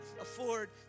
afford